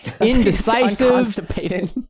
indecisive